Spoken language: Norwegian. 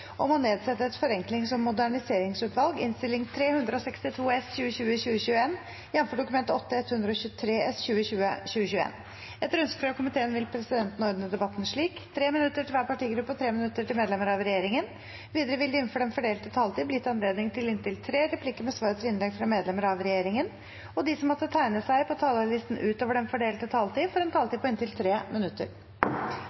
hver partigruppe og 3 minutter til medlemmer av regjeringen. Videre vil det – innenfor den fordelte taletid – bli gitt anledning til inntil tre replikker med svar etter innlegg fra medlemmer av regjeringen, og de som måtte tegne seg på talerlisten utover den fordelte taletid, får også en